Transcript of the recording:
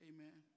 Amen